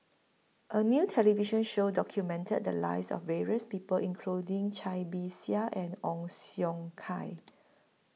A New television Show documented The Lives of various People including Cai Bixia and Ong Siong Kai